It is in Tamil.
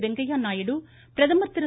வெங்கைய்ய நாயுடு பிரதமர் திரு